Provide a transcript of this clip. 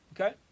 Okay